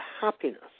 happiness